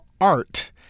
art